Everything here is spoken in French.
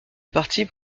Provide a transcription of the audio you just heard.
participe